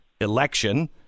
election